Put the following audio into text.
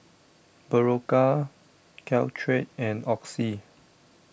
Berocca Caltrate and Oxy